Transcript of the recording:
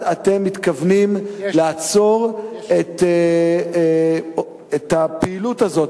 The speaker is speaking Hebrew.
אתם מתכוונים לעצור את הפעילות הזאת,